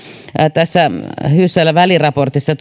tässä hyssälän väliraportissa